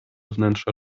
wnętrza